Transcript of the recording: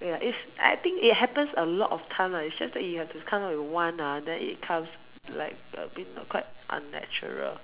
wait ah is i think it happen a lot of time lah it just that you have to come up with one ah then it comes like a bit quite unnatural